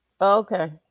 okay